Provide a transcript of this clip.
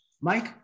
Mike